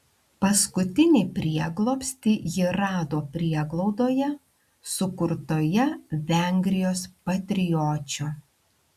paskutinį prieglobstį ji rado prieglaudoje sukurtoje vengrijos patriočių